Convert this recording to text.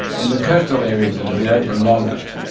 in the coastal areas that have been open longest,